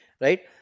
right